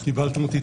תודה שקיבלתם אותי,